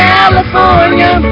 California